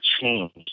change